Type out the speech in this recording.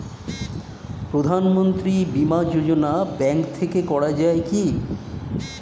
প্রধানমন্ত্রী বিমা যোজনা ব্যাংক থেকে করা যায় কি?